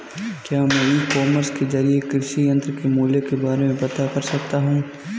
क्या मैं e commerce के ज़रिए कृषि यंत्र के मूल्य के बारे में पता कर सकता हूँ?